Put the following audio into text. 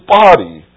body